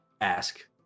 ask